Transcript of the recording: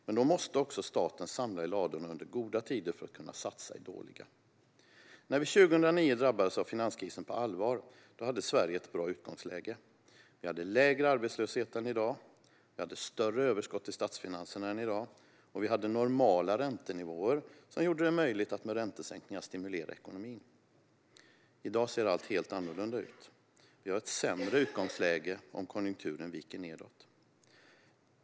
Men då måste också staten samla i ladorna under goda tider för att kunna satsa i dåliga. När vi 2009 drabbades av finanskrisen på allvar hade Sverige ett bra utgångsläge. Vi hade en lägre arbetslöshet än i dag, vi hade större överskott i statsfinanserna än i dag och vi hade normala räntenivåer som gjorde det möjligt att med räntesänkningar stimulera ekonomin. I dag ser allt helt annorlunda ut. Vi har ett sämre utgångsläge om konjunkturen viker nedåt.